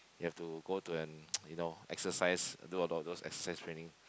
you have to go to and you know exercise do a lot of those exercise training